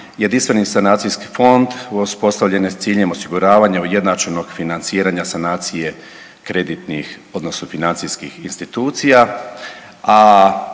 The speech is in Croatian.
Jedinstveni sanacijski fond uspostavljen je s ciljem osiguravanja ujednačenog financiranja sanacije kreditnih odnosno financijskih institucija,